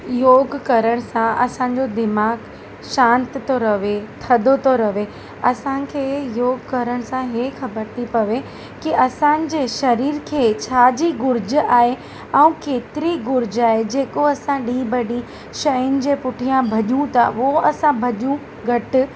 योगु करणु सां असांजो दिमाग़ शांत थो रहे थधो थो रहे असांखे योगु करणु सां हे ख़बरु थी पवे की असांजे शरीर खे छाजी घुरिज आहे ऐं केतिरी घुरिज आहे जेको असां ॾींहुं बि ॾींहुं शयुनि जे पुठियां भॼूं था उहो असां भॼूं घटि